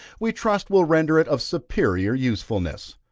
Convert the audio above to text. we trust will render it of superior usefulness.